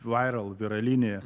viral viralinį